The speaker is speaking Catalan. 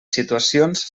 situacions